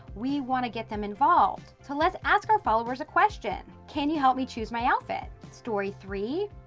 we want to get them involved, so let's ask our followers a question, can you help me choose my outfit? story three,